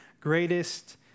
greatest